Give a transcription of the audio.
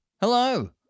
Hello